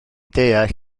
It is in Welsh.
deall